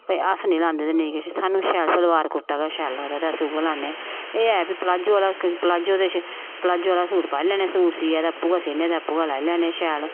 ते अस निं लांदे ते नेईं किश सानूं शैल सलवार कुर्ता गै शैल लगदा ते अस उऐ लान्ने एह् ऐ भाई प्लाजो आह्ला प्लाजो दे प्लाजो आह्ला सूट पाई लैन्ने सूट सियै ते आपूं गै सीन्ने आपूं गै लाई लैन्ने शैल